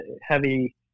heavy